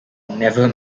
never